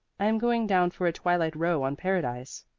i'm going down for a twilight row on paradise.